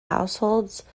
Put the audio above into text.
households